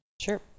Sure